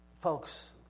Folks